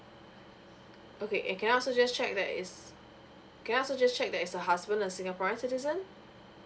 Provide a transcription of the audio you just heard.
okay and can I also just check that is can I also just check that is her husband a singaporean citizen